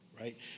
Right